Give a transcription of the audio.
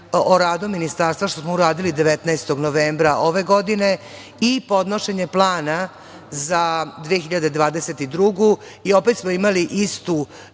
o radu Ministarstva, što smo uradili 19. novembra ove godine i podnošenje Plana za 2022. i opet smo imali istu